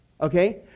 Okay